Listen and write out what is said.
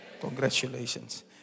Congratulations